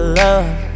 love